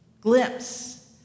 glimpse